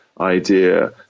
idea